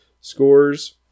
scores